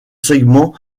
segment